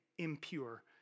impure